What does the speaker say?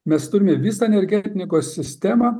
mes turime visą energetikos sistemą